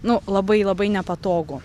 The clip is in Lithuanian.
nu labai labai nepatogu